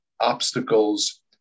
obstacles